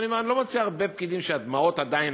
ואני לא מוצא הרבה פקידים שהדמעות עדיין